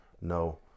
no